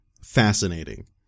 fascinating